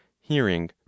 Hearing